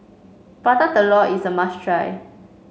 Prata Telur is a must try